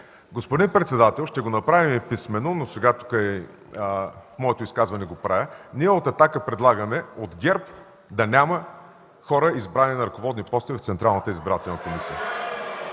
Господин председател, ще го направим и писмено, но сега в моето изказване го правя – ние от „Атака” предлагаме от ГЕРБ да няма хора, избрани на ръководни постове в Централната избирателна комисия.